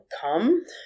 come